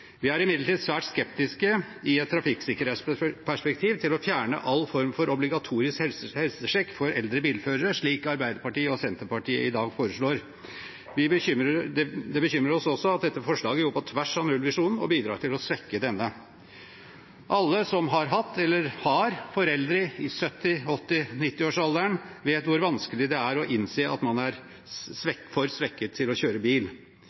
Vi er imidlertid i et trafikksikkerhetsperspektiv svært skeptiske til å fjerne all form for obligatorisk helsesjekk for eldre bilførere, slik Arbeiderpartiet og Senterpartiet i dag foreslår. Det bekymrer oss også at dette forslaget går på tvers av nullvisjonen og bidrar til å svekke denne. Alle som har hatt eller har foreldre i 70-, 80- eller 90-årsalderen, vet hvor vanskelig det er å innse at man er for svekket til å kjøre bil,